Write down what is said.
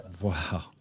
Wow